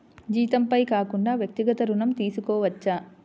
జీతంపై కాకుండా వ్యక్తిగత ఋణం తీసుకోవచ్చా?